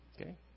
Okay